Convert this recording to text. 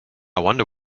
wonder